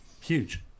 huge